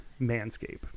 manscape